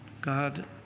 God